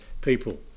people